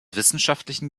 wissenschaftlichen